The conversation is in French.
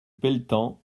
pelletan